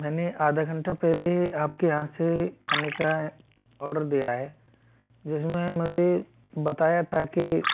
मैंने आधा घंटा पहले आपके यहाँ से खाने का ऑर्डर दिया है जिसमें मुझे बताया था कि